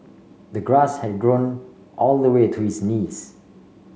the grass had grown all the way to his knees